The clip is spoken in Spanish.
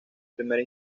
primera